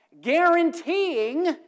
guaranteeing